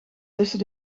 tussen